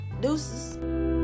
Deuces